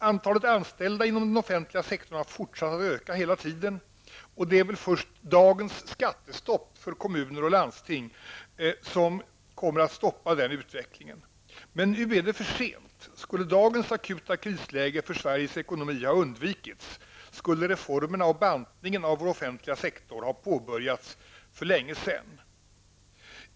Antalet anställda inom den offentliga sektorn har fortsatt att öka hela tiden, och det är väl först dagens skattestopp för kommuner och landsting som kommer att stoppa den utvecklingen. Men nu är det för sent. Skulle dagens akuta krisläge för Sveriges ekonomi ha undvikits, skulle reformerna och bantningen av vår offentliga sektor ha påbörjats för länge sedan.